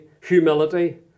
humility